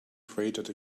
created